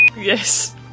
Yes